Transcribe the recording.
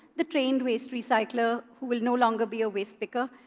the trained waste recycler, who will no longer be a waste picker,